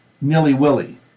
nilly-willy